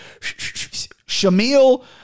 Shamil